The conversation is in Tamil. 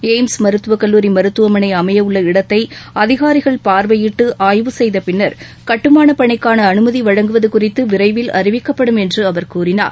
எய்ம்ஸ் மருத்துவக்கல்லூரி மருத்துவமனை அமையவுள்ள இடத்தை அதிகாரிகள் பார்வையிட்டு ஆய்வு செய்தபின்னர் கட்டுமான பணிக்கான அனுமதி வழங்குவது குறித்து விரைவில் அறிவிக்கப்படும் என்று அவர் கூறினார்